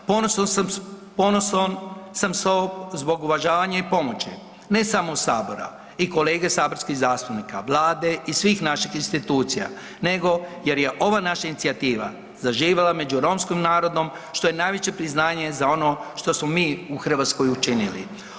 S ponosom sam s ovog zbog uvažanje i pomoći, ne samo Sabora, i kolege saborskih zastupnika, Vlade i svih naših institucija, nego jer je ova naša inicijativa zaživjela među romskom narodom što je najveće priznanje za ono što smo mi u Hrvatskoj učinili.